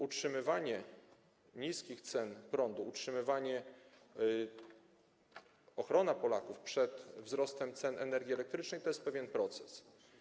Utrzymywanie niskich cen prądu, ochrona Polaków przed wzrostem cen energii elektrycznej to jest pewien proces.